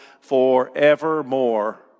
forevermore